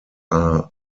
are